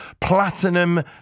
Platinum